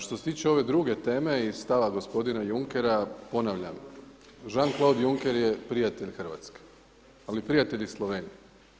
Što se tiče ove druge teme i stava gospodina Junckera, ponavljam Jean-Claude Juncker je prijatelj Hrvatske, ali prijatelj i Slovenije.